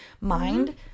mind